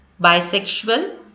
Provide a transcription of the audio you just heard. bisexual